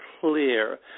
clear